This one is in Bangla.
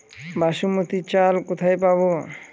বাসমতী চাল কোথায় পাবো?